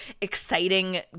exciting